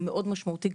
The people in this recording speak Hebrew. זה מאוד משמעותי.